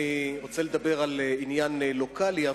אני רוצה לדבר על עניין לוקאלי,